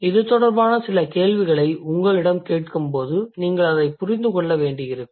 இது தொடர்பான சில கேள்விகளை உங்களிடம் கேட்கும்போது நீங்கள் அதைப் புரிந்து கொள்ள வேண்டியிருக்கும்